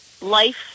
life